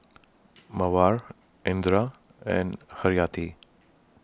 Mawar Indra and Haryati